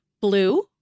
blue